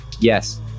Yes